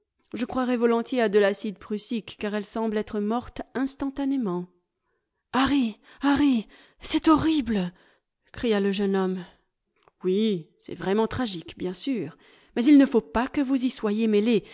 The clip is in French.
je croirais volontiers à de l'acide prussique car elle semble être morte instantanément harry harry c'est horrible cria le jeune homme oui c'est vraiment tragique bien sûr mais il ne faut pas que vous y soyez mêlé